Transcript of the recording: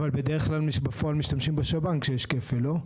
אבל בדרך כלל בפועל משתמשים בשב"ן כשיש כפול, לא?